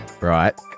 Right